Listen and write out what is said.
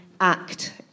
Act